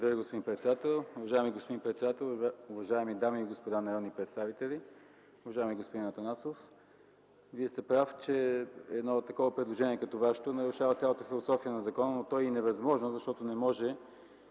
господин председател. Уважаеми господин председател, уважаеми дами и господа народни представители! Уважаеми господин Атанасов, Вие сте прав, че едно такова предложение като Вашето нарушава цялата философия на закона, но то е и невъзможно, защото не може